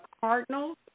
Cardinals